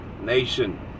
nation